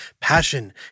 passion